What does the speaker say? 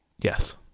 Yes